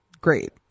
great